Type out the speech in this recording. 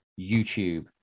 YouTube